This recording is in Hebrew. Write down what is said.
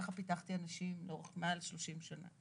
ככה פיתחתי אנשים מעל 30 שנה.